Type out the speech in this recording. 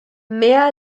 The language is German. mehr